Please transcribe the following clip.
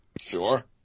Sure